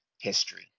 history